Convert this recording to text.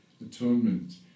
atonement